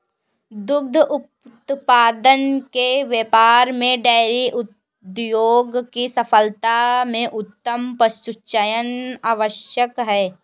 दुग्ध उत्पादन के व्यापार में डेयरी उद्योग की सफलता में उत्तम पशुचयन आवश्यक है